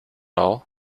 all